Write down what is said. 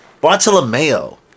Bartolomeo